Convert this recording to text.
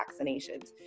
vaccinations